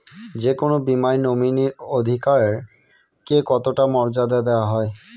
যে কোনো বীমায় নমিনীর অধিকার কে কতটা মর্যাদা দেওয়া হয়?